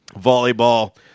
volleyball